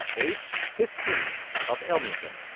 aged fifteen, of ellmington,